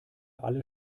alle